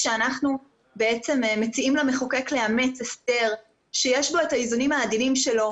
כשאנחנו מציעים למחוקק לאמץ הסדר שיש בו את האיזונים העדינים שלו,